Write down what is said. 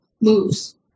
moves